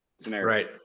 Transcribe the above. Right